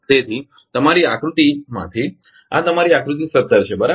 તેથી તમારી આકૃતિમાંથી આ તમારી આકૃતિ 17 છે બરાબર